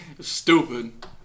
Stupid